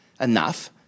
Enough